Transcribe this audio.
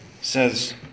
says